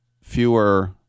fewer